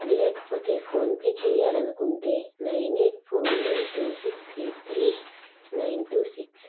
లేకపోతే ఫోన్పే చేయాలనుకుంటే nine eight four nine two six eight three nine two six